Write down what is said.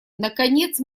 наконец